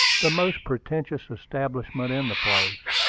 the most pretentious establishment in the place.